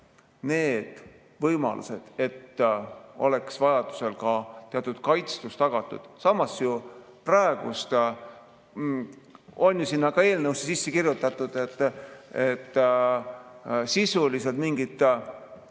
need võimalused, et oleks vajadusel ka teatud kaitstus tagatud. Samas on ju praegu ka eelnõusse sisse kirjutatud, et sisuliselt mingit